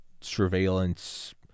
surveillance